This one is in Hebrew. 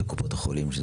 של קופות החולים?